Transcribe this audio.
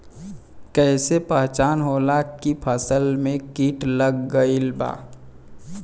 कैसे पहचान होला की फसल में कीट लग गईल बा?